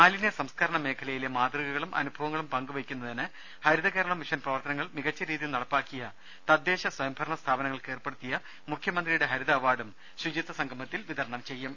മാലിന്യ സംസ്കരണ മേഖലയിലെ മാതൃക കളും അനുഭവങ്ങളും പങ്കുവയ്ക്കുന്നതിന് ഹരിത കേരളം മിഷൻ പ്രവർത്തനങ്ങൾ മികച്ച രീതിയിൽ നടപ്പാക്കിയ തദ്ദേശസ്വയംഭരണ സ്ഥാപനങ്ങൾക്കേർപ്പെടുത്തിയ മുഖ്യമന്ത്രിയുടെ ഹരിത അവാർഡും ശുചിത്വ സംഗമത്തിൽ വിതരണം ചെയ്യും